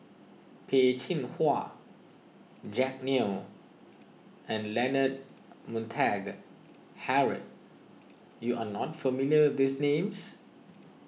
Peh Chin Hua Jack Neo and Leonard Montague Harrod you are not familiar with these names